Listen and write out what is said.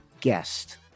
guest